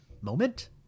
moment